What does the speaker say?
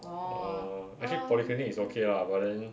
orh actually polyclinic is okay lah but then